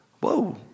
whoa